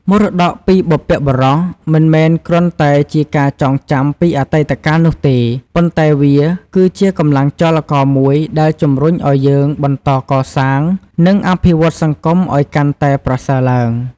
មរតកពីបុព្វបុរសមិនមែនគ្រាន់តែជាការចងចាំពីអតីតកាលនោះទេ ប៉ុន្តែវាគឺជាកម្លាំងចលករមួយដែលជំរុញឲ្យយើងបន្តកសាង និងអភិវឌ្ឍន៍សង្គមឲ្យកាន់តែប្រសើរឡើង។